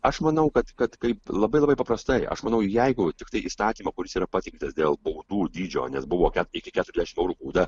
aš manau kad kad kaip labai labai paprastai aš manau jeigu tiktai įstatymo kuris yra pateiktas dėl baudų dydžio nes buvo iki keturiasdešimt eurų bauda